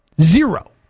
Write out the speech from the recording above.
Zero